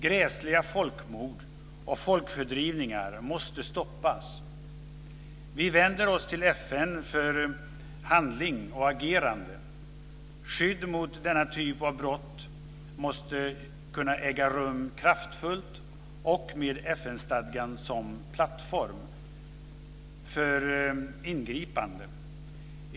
Gräsliga folkmord och folkfördrivningar måste stoppas. Vi vänder oss till FN för handling och agerande. Skydd mot denna typ av brott måste kunna ges kraftfullt och med FN-stadgan som plattform för ingripande.